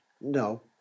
no